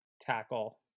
tackle